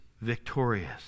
victorious